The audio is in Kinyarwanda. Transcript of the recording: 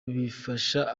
bifasha